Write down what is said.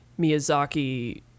miyazaki